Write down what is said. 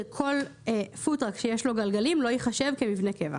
שכל פוד-טראק שיש לו גלגלים לא ייחשב כמבנה קבע.